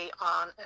on